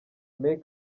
make